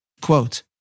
Quote